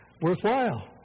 worthwhile